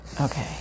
okay